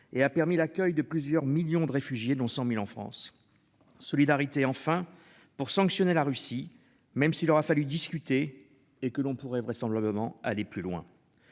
et a permis l'accueil de plusieurs millions de réfugiés dont 100.000 en France. Solidarité enfin pour sanctionner la Russie même s'il aura fallu discuter et que l'on pourrait vraisemblablement aller plus loin.